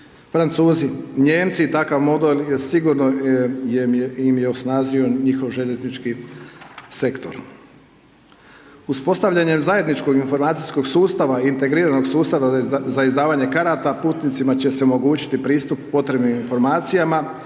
Francuzi, Nijemci i takav model je sigurno im je osnažio njihov željeznički sektor. Uspostavljanjem zajedničkog informacijskog sustava, integriranog sustava za izdavanje karata, putnicima će se omogućiti pristup potrebnim informacijama